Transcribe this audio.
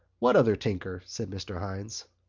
what other tinker? said mr. hynes.